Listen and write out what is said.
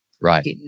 Right